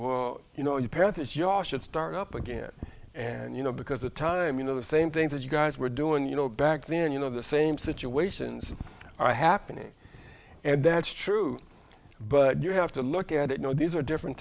saying you know you parent this ya should start up again and you know because the time you know the same things that you guys were doing you know back then you know the same situations are happening and that's true but you have to look at it know these are different